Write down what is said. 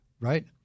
right